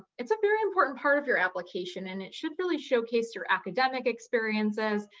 it's a very important part of your application, and it should really showcase your academic experiences,